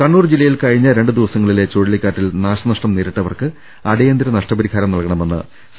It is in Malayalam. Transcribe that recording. കണ്ണൂർ ജില്ലയിൽ കഴിഞ്ഞ രണ്ടുദിവസ്മങ്ങളിലെ ചുഴലി ക്കാറ്റിൽ നാശനഷ്ടം നേരിട്ടവർക്ക് അടിയന്തിര നഷ്ടപരി ഹാരം നൽകണമെന്ന് സി